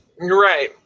Right